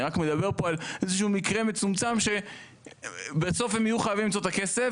אני רק מדבר על מקרה מצומצם שבסוף הם יהיו חייבים למצוא את הכסף,